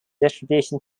distribution